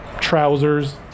trousers